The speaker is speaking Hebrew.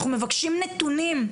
אנחנו מבקשים נתונים,